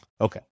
Okay